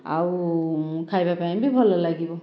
ଆଉ ଖାଇବା ପାଇଁ ବି ଭଲ ଲାଗିବ